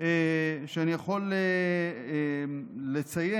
שאני יכול לציין,